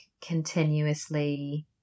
continuously